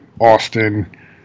Austin